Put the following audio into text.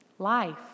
Life